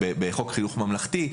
בחוק חינוך ממלכתי,